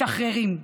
משחררים.